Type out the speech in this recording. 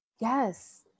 Yes